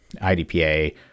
IDPA